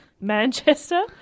Manchester